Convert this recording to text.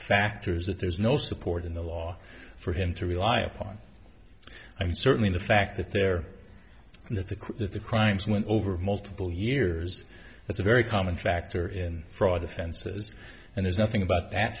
factors that there's no support in the law for him to rely upon i mean certainly the fact that there that the that the crimes went over multiple years that's a very common factor in fraud the fences and there's nothing about that